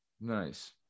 Nice